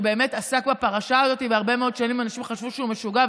שעסק בפרשה הזאת והרבה מאוד שנים אנשים חשבו שהוא משוגע,